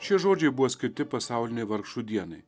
šie žodžiai buvo skirti pasaulinei vargšų dienai